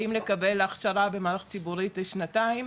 באים לקבל הכשרה במערכת ציבורית לשנתיים,